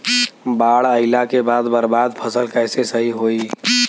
बाढ़ आइला के बाद बर्बाद फसल कैसे सही होयी?